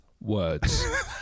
words